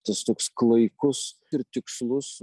tas toks klaikus ir tikslus